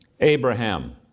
Abraham